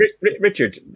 Richard